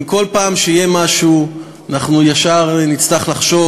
אם כל פעם שיהיה משהו אנחנו ישר נצטרך לחשוב